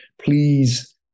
please